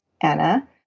Anna